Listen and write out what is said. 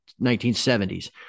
1970s